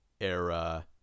era